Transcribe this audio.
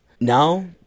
Now